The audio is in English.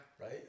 right